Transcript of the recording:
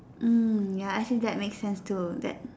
mm ya I feel that makes sense too that